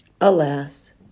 Alas